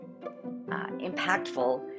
impactful